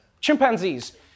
chimpanzees